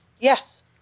Yes